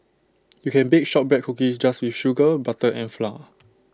you can bake Shortbread Cookies just with sugar butter and flour